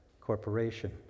corporation